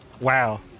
Wow